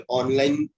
online